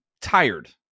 tired